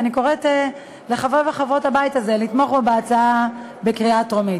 ואני קוראת לחברי וחברות הבית הזה לתמוך בהצעה בקריאה טרומית.